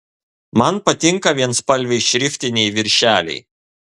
man patinka vienspalviai šriftiniai viršeliai